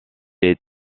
est